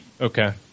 Okay